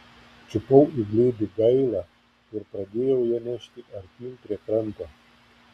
čiupau į glėbį gailą ir pradėjau ją nešti artyn prie kranto